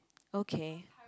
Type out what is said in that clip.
okay